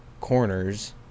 corners